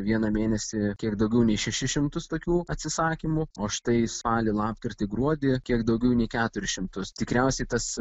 vieną mėnesį kiek daugiau nei šešis šimtus tokių atsisakymų o štai spalį lapkritį gruodį kiek daugiau nei keturis šimtus tikriausiai tas